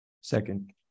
Second